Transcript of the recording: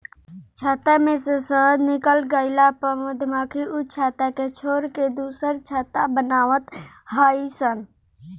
छत्ता में से शहद निकल गइला पअ मधुमक्खी उ छत्ता के छोड़ के दुसर छत्ता बनवत हई सन